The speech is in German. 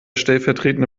stellvertretende